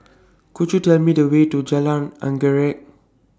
Could YOU Tell Me The Way to Jalan Anggerek